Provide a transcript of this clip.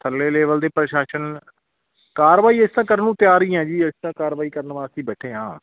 ਥੱਲੜੇ level ਦੇ ਪ੍ਰਸ਼ਾਸਨ ਕਾਰਵਾਈ ਅਸੀਂ ਤਾਂ ਕਰਨ ਨੂੰ ਤਿਆਰ ਹੀ ਹੈ ਜੀ ਅਸੀਂ ਤਾਂ ਕਾਰਵਾਈ ਕਰਨ ਵਾਸਤੇ ਹੀ ਬੈਠੇ ਹਾਂ